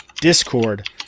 Discord